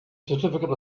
certificate